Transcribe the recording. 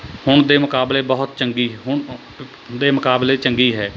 ਹੁਣ ਦੇ ਮੁਕਾਬਲੇ ਬਹੁਤ ਚੰਗੀ ਹੁਣ ਦੇ ਮੁਕਾਬਲੇ ਚੰਗੀ ਹੈ